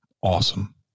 awesome